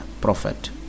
prophet